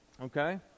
Okay